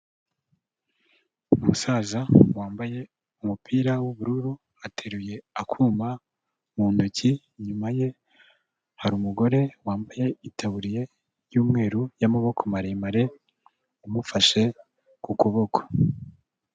Umusaza wambaye umupira w'ubururu ateruye akuma mu ntoki, inyuma ye hari umugore wambaye itaburiye y'umweru y'amaboko maremare umufashe ku kuboko.